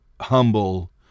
Humble